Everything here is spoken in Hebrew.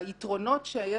יתרונות